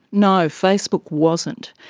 no, facebook wasn't.